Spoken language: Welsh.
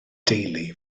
deulu